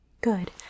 good